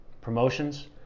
Promotions